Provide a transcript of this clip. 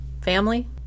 family